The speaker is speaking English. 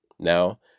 Now